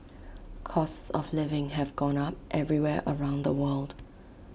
costs of living have gone up everywhere around the world